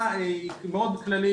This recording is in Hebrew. מאוד כללית,